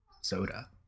soda